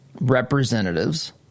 representatives